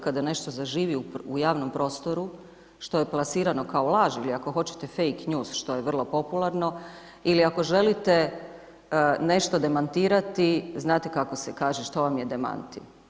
Kada nešto zaživi u javnom prostoru što je plasirano kao laž ili ako hoćete feik news što je vrlo popularno ili ako želite nešto demantirati znati kako se kaže što vam je demantij.